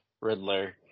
Riddler